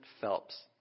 Phelps